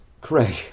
Craig